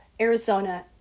Arizona